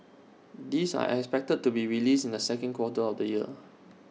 these are expected to be released in the second quarter of this year